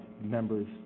members